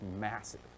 massive